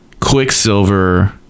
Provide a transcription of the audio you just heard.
Quicksilver